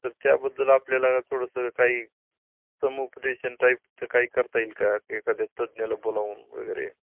तर त्याबद्दल आपल्याला थोडंसं काही समुपदेशन टाईपचं काही करता येईल का एखाद्या तज्ज्ञाला बोलावून वगैरे